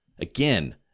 Again